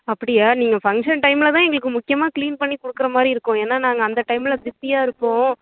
அப்படியா நீங்கள் ஃபங்ஷன் டைம்மில் தான் எங்களுக்கு முக்கியமாக க்ளீன் பண்ணி கொடுக்குற மாதிரி இருக்கும் ஏன்னா நாங்கள் அந்த டைம்மில் பிஸியாக இருப்போம்